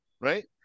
Right